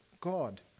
God